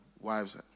wives